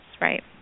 right